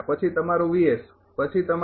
પછી તમારું પછી તમારું